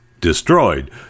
destroyed